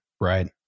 right